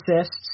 assists